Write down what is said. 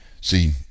See